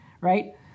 right